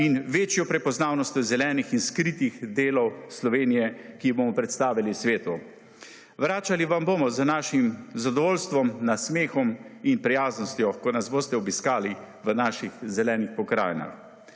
in večjo prepoznavnostjo zelenih in skritih delov Slovenije, ki jih bomo predstavili svetu. Vračali vam bomo z našim zadovoljstvom nad smehom in prijaznostjo, ko nas boste obiskali v naših zelenih pokrajinah.